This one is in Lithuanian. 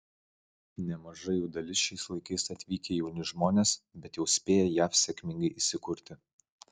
nemaža jų dalis šiais laikais atvykę jauni žmonės bet jau spėję jav sėkmingai įsikurti